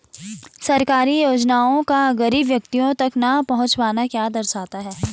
सरकारी योजनाओं का गरीब व्यक्तियों तक न पहुँच पाना क्या दर्शाता है?